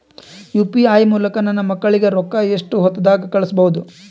UPI ಮೂಲಕ ನನ್ನ ಮಕ್ಕಳಿಗ ರೊಕ್ಕ ಎಷ್ಟ ಹೊತ್ತದಾಗ ಕಳಸಬಹುದು?